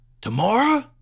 Tomorrow